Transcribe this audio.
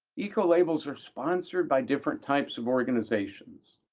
ecolabels are sponsored by different types of organizations.